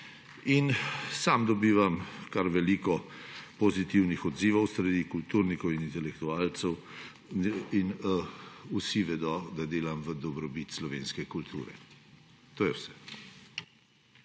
Sam dobivam kar veliko pozitivnih odzivov s strani kulturnikov in intelektualcev in vsi vedo, da delam v dobrobit slovenske kulture. To je vse.